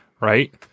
Right